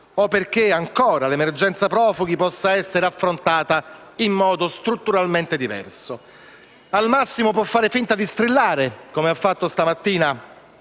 o perché l'emergenza profughi venga affrontata in modo strutturalmente diverso. Al massimo, il Governo può far finta di strillare, come ha fatto stamattina